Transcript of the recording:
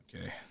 Okay